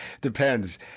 depends